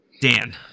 Dan